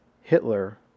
Hitler